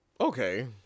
Okay